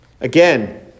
Again